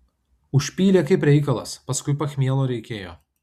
užpylė kaip reikalas paskui pachmielo reikėjo